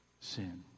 sin